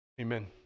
Amen